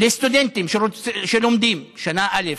לסטודנטים שלומדים שנה א',